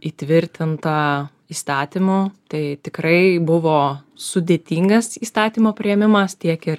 įtvirtinta įstatymu tai tikrai buvo sudėtingas įstatymo priėmimas tiek ir